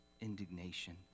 indignation